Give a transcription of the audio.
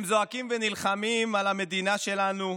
הם זועקים ונלחמים על המדינה שלנו,